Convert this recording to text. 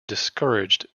discouraged